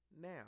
Now